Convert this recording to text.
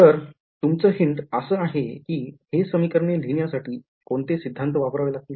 तर तुमचं hint असा आहे की हे समीकरणे लिहिण्यासाठी कोणते सिद्धांत वापरावे लागतील